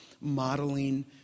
modeling